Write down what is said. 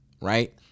right